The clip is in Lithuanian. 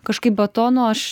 kažkaip batono aš